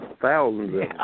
Thousands